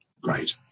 great